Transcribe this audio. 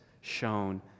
shown